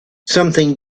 something